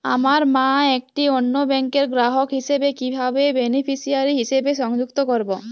আমার মা একটি অন্য ব্যাংকের গ্রাহক হিসেবে কীভাবে বেনিফিসিয়ারি হিসেবে সংযুক্ত করব?